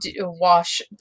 wash